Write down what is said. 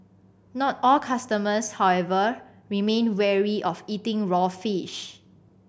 not all customers however remain wary of eating raw fish